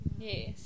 Yes